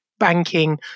banking